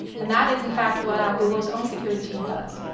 and that is in fact what our google's own security team does.